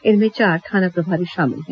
इनमें चार थाना प्रभारी शामिल हैं